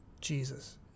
Jesus